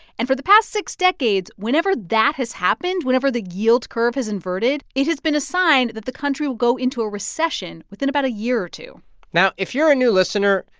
and for the past six decades, whenever that has happened, whenever the yield curve has inverted, it has been a sign that the country will go into a recession within about a year or two now, if you're a new listener,